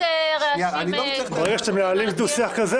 אפשר פחות רעשים כמו זבובים על הקיר?